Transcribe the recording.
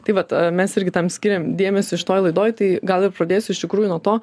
tai vat mes irgi tam skiriam dėmesį šitoj laidoj tai gal ir pradėsiu iš tikrųjų nuo to